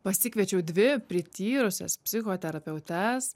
pasikviečiau dvi prityrusias psichoterapeutes